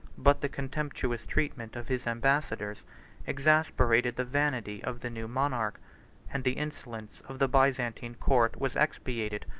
but the contemptuous treatment of his ambassadors exasperated the vanity of the new monarch and the insolence of the byzantine court was expiated,